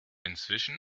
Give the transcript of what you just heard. inzwischen